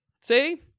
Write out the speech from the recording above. see